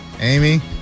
Amy